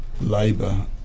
Labour